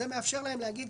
זה מאפשר להם להגיד,